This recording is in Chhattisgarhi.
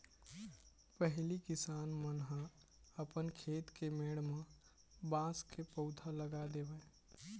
पहिली किसान मन ह अपन खेत के मेड़ म बांस के पउधा लगा देवय